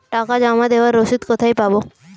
টাকা জমা দেবার রসিদ কোথায় পাব?